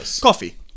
coffee